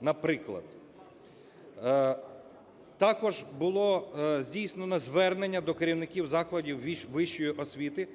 наприклад. Також було здійснено звернення до керівників закладів вищої освіти,